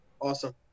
awesome